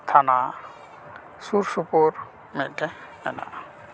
ᱛᱷᱟᱱᱟ ᱥᱩᱨ ᱥᱩᱯᱩᱨ ᱢᱤᱫᱴᱮᱱ ᱢᱮᱱᱟᱜᱼᱟ